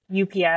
UPS